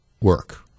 work